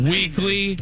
Weekly